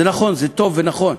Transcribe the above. זה נכון, זה טוב ונכון.